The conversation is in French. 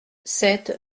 sept